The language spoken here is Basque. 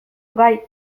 gai